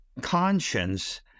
conscience